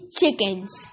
chickens